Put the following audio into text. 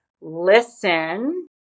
listen